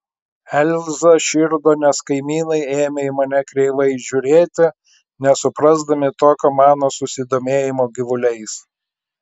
elza širdo nes kaimynai ėmė į mane kreivai žiūrėti nesuprasdami tokio mano susidomėjimo gyvuliais